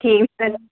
ٹھیٖک تہِ